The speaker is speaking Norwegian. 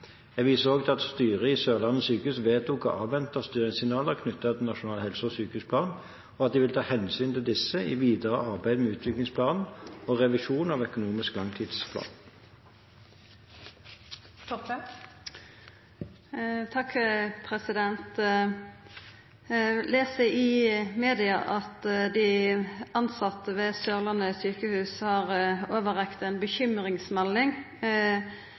Jeg viser også til at styret ved Sørlandet sykehus vedtok å avvente styringssignaler knyttet til Nasjonal helse- og sykehusplan, og at de vil ta hensyn til disse i videre arbeid med utviklingsplanen og revisjon av økonomisk langtidsplan. Eg les i media at dei tilsette ved Sørlandet sjukehus har overrekt